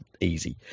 easy